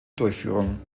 durchführung